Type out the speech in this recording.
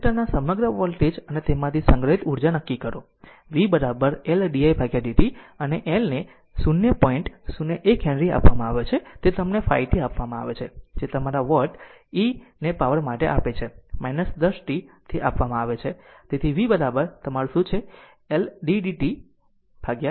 inductor ના સમગ્ર voltage અને તેમાંથી સંગ્રહિત ઉર્જા નક્કી કરો કે v L di dt અને L ને 0 પોઇન્ટ 0 1 હેનરી આપવામાં આવે છે અને તે તમને 5 t આપવામાં આવે છે જે તમારા વોટ e ને પાવર માટે આપે છે 10 t તે આપવામાં આવે છે આપવામાં આવે છે તેથી v તમારું શું છે L d dt of i e છે